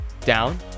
down